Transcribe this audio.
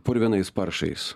purvinais paršais